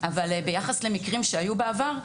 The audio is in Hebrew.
אבל ביחס למקרים שהיו בעבר,